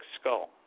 skull